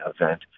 event